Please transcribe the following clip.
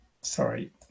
sorry